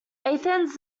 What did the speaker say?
athens